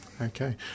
Okay